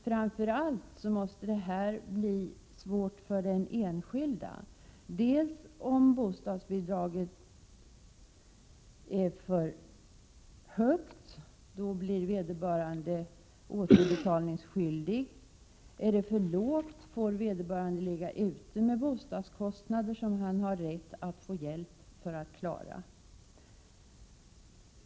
Framför allt måste det här innebära svårigheter för den enskilde dels om bostadsbidraget är för högt, för då blir vederbörande återbetalningsskyldig, dels om bostadsbidraget är för lågt, för då får vederbörande ligga ute med pengar för bostadskostnader som han har rätt att få hjälp med.